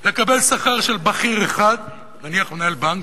כדי לקבל שכר של בכיר אחד, נניח מנהל בנק,